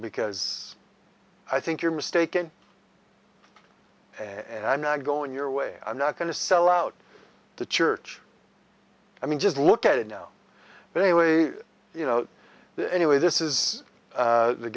because i think you're mistaken and i'm not going your way i'm not going to sell out the church i mean just look at it now but in a way you know the anyway this is